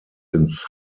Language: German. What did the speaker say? ins